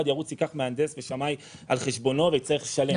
ירוץ וייקח מהנדס ושמאי על חשבונו ויצטרך לשלם.